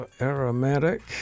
Aromatic